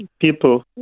people